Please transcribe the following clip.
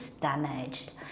damaged